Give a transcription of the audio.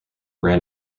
ran